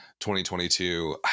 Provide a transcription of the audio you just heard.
2022